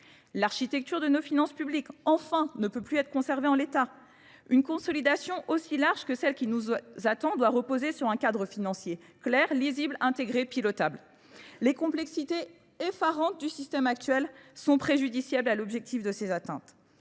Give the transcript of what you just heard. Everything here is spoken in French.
L'architecture de nos finances publiques, enfin, ne peut plus être conservée en l'État. Une consolidation aussi large que celle qui nous attend doit reposer sur un cadre financier, clair, lisible, intégré, pilotable. Les complexités effarantes du système actuel sont préjudiciables à l'objectif de ces atteintes.